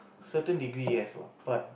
certain degree yes lah but